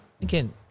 again